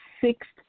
sixth